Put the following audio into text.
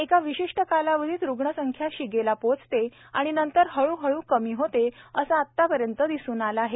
एका विशिष्ट कालावधीत रुग्णसंख्या शिगेला पोचते आणि नंतर हळूहळू कमी होते असं आतापर्यंत दिसून आलं आहे